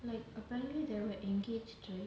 like apparently they were engaged to